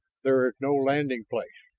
there is no landing place.